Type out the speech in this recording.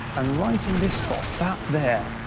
and right in this spot, that there,